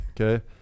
okay